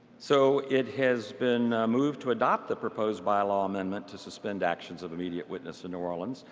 so it has been moved to adopt the proposed bylaw amendment to suspend actions of immediate witness in new orleans.